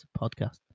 podcast